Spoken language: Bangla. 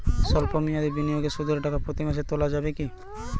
সল্প মেয়াদি বিনিয়োগে সুদের টাকা প্রতি মাসে তোলা যাবে কি?